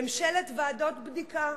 ממשלת ועדות בדיקה.